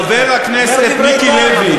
חבר הכנסת מיקי לוי,